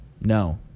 No